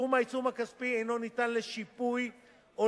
סכום העיצום הכספי אינו ניתן לשיפוי או